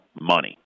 money